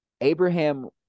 abraham